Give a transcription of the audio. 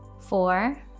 four